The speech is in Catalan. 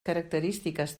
característiques